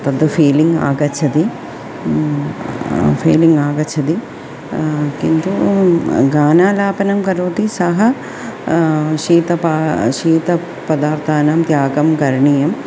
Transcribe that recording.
तद् फ़ीलिङ्ग् आगच्छति फ़ीलिङ्ग् आगच्छति किन्तु गानालापनं करोति सः शीतपा शीतपदार्थानां त्यागं करणीयं